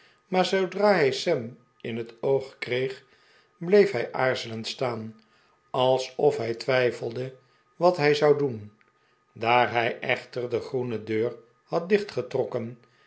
maar zoodra hij sam in het oog kreeg bleef hij aarzelend staan alsof hij twijfelde wat hij zou doen daar hij echter de groene deur had